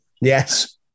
Yes